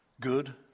good